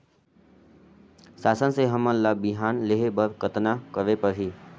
शासन से हमन ला बिहान लेहे बर कतना करे परही?